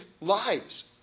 lives